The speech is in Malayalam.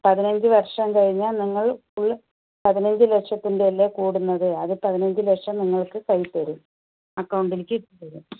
പതിനഞ്ച് വർഷം കഴിഞ്ഞാൽ നിങ്ങൾക്ക് പതിനഞ്ച് ലക്ഷത്തിൻ്റെ അല്ലേ കൂടുന്നത് അത് പതിനഞ്ച് ലക്ഷം നിങ്ങൾക്ക് കയ്യിൽ തരും അക്കൗണ്ട്ലേക്ക് ഇട്ട് തരും